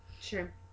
Sure